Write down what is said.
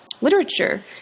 literature